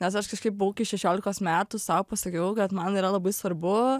nes aš kažkaip buvau iki šešiolikos metų sau pasakiau kad man yra labai svarbu